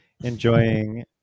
enjoying